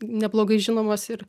neblogai žinomas ir